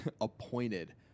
appointed